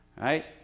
right